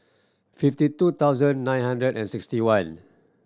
fifty two thousand nine hundred and sixty one